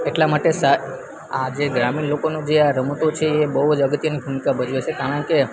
એટલા માટે સ આજે ગ્રામીણ લોકોનું જે આ રમતો છે એ બહુ જ અગત્યની ભૂમિકા ભજવે છે કારણ કે